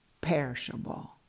perishable